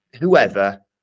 whoever